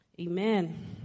Amen